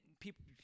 people